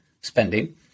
spending